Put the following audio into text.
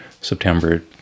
September